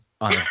on